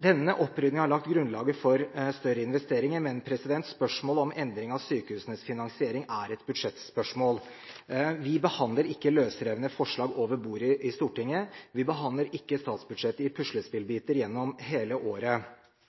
Denne oppryddingen har lagt grunnlaget for større investeringer, men endring av sykehusenes finansiering er et budsjettspørsmål. Vi behandler ikke løsrevne forslag i Stortinget over bordet. Vi behandler ikke statsbudsjettet i puslespillbiter gjennom hele året.